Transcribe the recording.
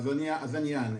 אז אני אענה.